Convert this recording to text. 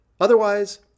otherwise